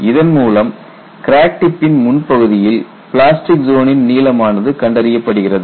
இதன் மூலம் கிராக் டிப்பின் முன்பகுதியில் பிளாஸ்டிக் ஜோனின் நீளமானது கண்டறியப்படுகிறது